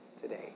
today